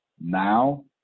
Now